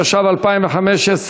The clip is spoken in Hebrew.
התשע"ו 2015,